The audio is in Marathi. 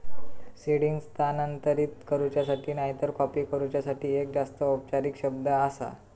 सीडिंग स्थानांतरित करूच्यासाठी नायतर कॉपी करूच्यासाठी एक जास्त औपचारिक शब्द आसा